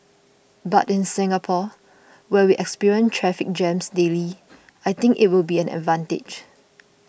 but in Singapore where we experience traffic jams daily I think it will be an advantage